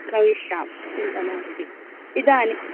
प्रविष्यावः चिन्ता नास्ति इदानीम्